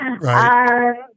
Right